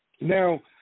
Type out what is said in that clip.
Now